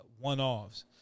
one-offs